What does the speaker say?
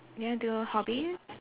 you want do hobbies